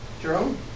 Jerome